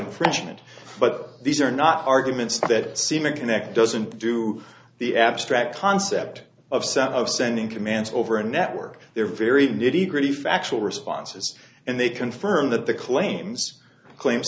infringement but these are not arguments that seem a connect doesn't do the abstract concept of set of sending commands over a network they're very nitty gritty factual responses and they confirmed that the claims claim